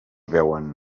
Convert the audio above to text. veuen